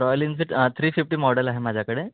royal Enfield three fifty model आहे माझ्याकडे